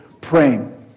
praying